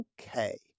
okay